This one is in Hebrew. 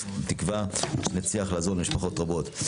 בתקווה שנצליח לעזור למשפחות רבות.